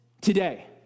today